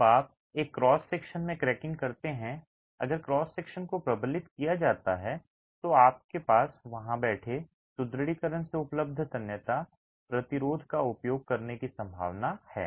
जब आप एक क्रॉस सेक्शन में क्रैकिंग करते हैं अगर क्रॉस सेक्शन को प्रबलित किया जाता है तो आपके पास वहां बैठे सुदृढीकरण से उपलब्ध तन्यता प्रतिरोध का उपयोग करने की संभावना है